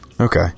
Okay